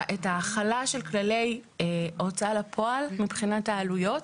ההחלה של כללי הוצאה לפועל מבחינת העלויות